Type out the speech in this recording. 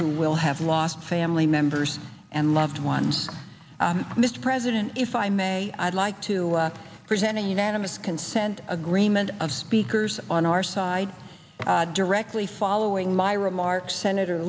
who will have lost family members and loved ones mr president if i may i'd like to present a unanimous consent agreement of speakers on our side directly following my remarks senator